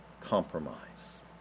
compromise